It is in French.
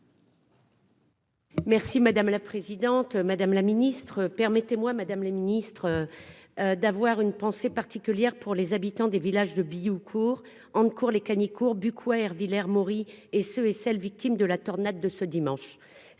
Merci madame la présidente, madame la ministre, permettez-moi, madame la ministre d'avoir une pensée particulière pour les habitants des village de Bihucourt en cours Les Cagnicourt Bucquoy Ervillers Maury et ceux et celles victimes de la tornade de ce dimanche,